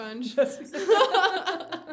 sponge